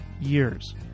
years